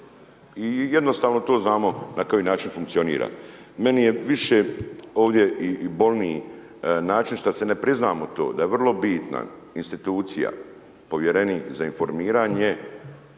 i jednostavno to znamo na koji način funkcionira. Meni je više ovdje i bolniji način šta si ne priznamo to da je vrlo bitna, institucija povjerenik za informiranje